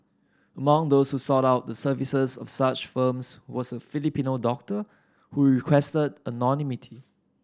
among those who sought out the services of such firms was a Filipino doctor who requested anonymity